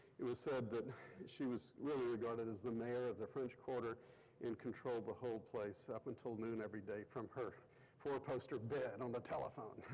it was said that she was really regarded as the mayor of the french quarter and controlled the whole place up until noon every day from her four-poster bed on the telephone,